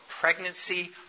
pregnancy